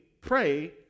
pray